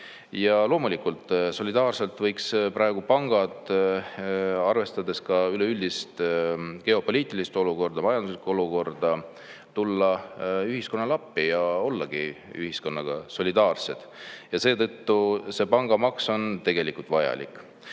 Loomulikult, solidaarselt võiks praegu pangad, arvestades ka üleüldist geopoliitilist olukorda, majanduslikku olukorda, tulla ühiskonnale appi ja ollagi ühiskonnaga solidaarsed. Seetõttu see pangamaks on tegelikult vajalik.